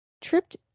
tripped